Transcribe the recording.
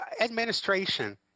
administration